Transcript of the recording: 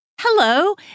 Hello